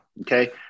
Okay